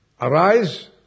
arise